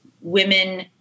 women